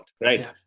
Right